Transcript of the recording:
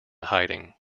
hiding